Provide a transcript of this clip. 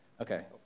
Okay